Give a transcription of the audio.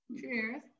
cheers